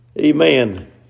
Amen